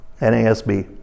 NASB